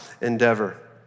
endeavor